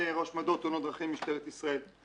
אני ראש מדור תאונות דרכים במשטרת ישראל.